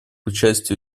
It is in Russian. участию